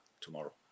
tomorrow